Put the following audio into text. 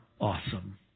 awesome